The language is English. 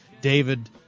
David